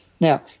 Now